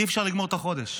אי-אפשר לגמור את החודש.